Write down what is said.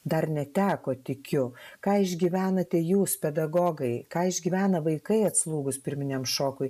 dar neteko tikiu ką išgyvenate jūs pedagogai ką išgyvena vaikai atslūgus pirminiam šokui